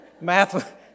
Math